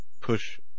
push